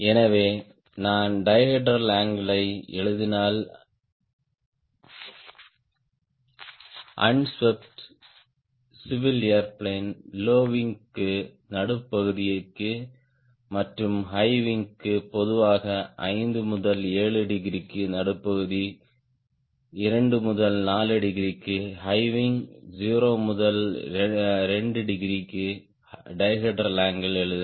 எனவே நான் dihedral angle யை எழுதினால் அண்ஸ்வீப்ட் சிவில் ஏர்பிளேன்ற்கு லோ விங் க்கு நடுப்பகுதிக்கு மற்றும் ஹை விங் க்கு பொதுவாக 5 முதல் 7 டிகிரிக்கு நடுப்பகுதி 2 முதல் 4 டிகிரிக்கு ஹை விங் 0 முதல் 2 டிகிரிக்கு டைஹெட்ரல் அங்கிள் எழுதினால்